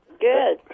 Good